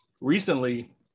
recently